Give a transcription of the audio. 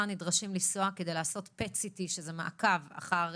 נדרשים לנסוע כדי לעשות PET CT שזה מעקב אחר